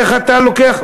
איך אתה לוקח?